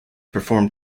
performed